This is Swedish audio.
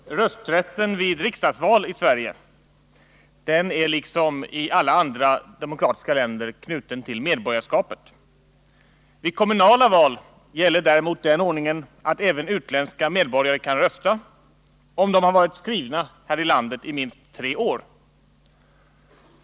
Herr talman! Rösträtten vid riksdagsval är i Sverige liksom i alla andra demokratiska länder knuten till medborgarskapet. Vid kommunala val däremot gäller den ordningen att även utländska medborgare kan rösta, om de varit skrivna i landet i minst tre år.